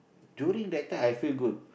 during that time I feel good